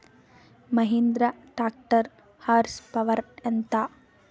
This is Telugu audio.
మహీంద్రా ట్రాక్టర్ హార్స్ పవర్ ఎంత?